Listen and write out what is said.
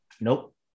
Nope